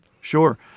Sure